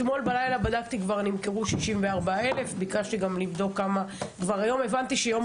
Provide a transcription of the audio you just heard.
אתמול בלילה כבר נמכרו 64,000 כרטיסים והבנתי שליום